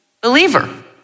believer